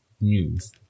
News